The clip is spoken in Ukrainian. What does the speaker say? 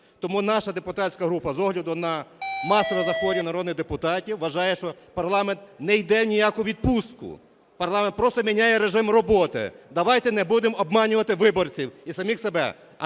Тому наша депутатська група з огляду на масове захворювання народних депутатів вважає, що парламент не йде ні в яку відпустку, парламент просто міняє режим роботи. Давайте не будемо обманювати виборців і самих себе,